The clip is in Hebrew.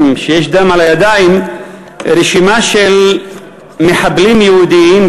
שיש להם דם על הידיים רשימה של מחבלים יהודים,